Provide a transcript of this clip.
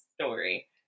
story